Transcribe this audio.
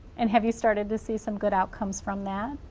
and have you started to see some good outcomes from that?